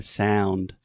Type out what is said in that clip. sound